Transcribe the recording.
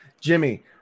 Jimmy